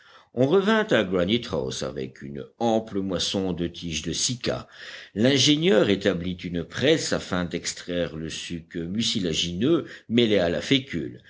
on revint à granite house avec une ample moisson de tiges de cycas l'ingénieur établit une presse afin d'extraire le suc mucilagineux mêlé à la fécule